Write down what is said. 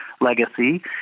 legacy